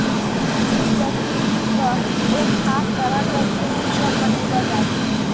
सूजी या सुज्जी कॅ एक खास तरह के गेहूँ स बनैलो जाय छै